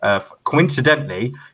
Coincidentally